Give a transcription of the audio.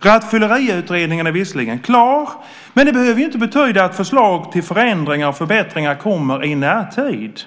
Rattfylleriutredningen är visserligen klar, men det behöver ju inte betyda att förslag till förändringar och förbättringar kommer i närtid.